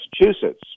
Massachusetts